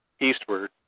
eastward